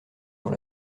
dans